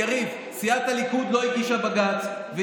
להפך, הודיע לי בג"ץ שאין לו סמכות.